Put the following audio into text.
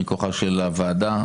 מכוחה של הוועדה,